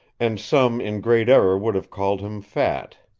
and some in great error would have called him fat.